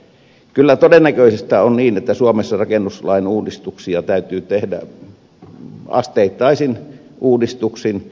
kyllä todennäköistä on että suomessa rakennuslain uudistuksia täytyy tehdä asteittaisin uudistuksin